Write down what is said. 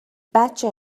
بچه